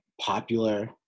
popular